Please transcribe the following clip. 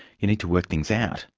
you need to work things out,